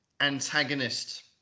antagonist